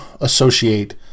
associate